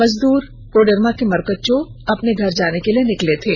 मजदूर कोडरमा के मरकच्चो अपने घर जाने के लिए निकले थे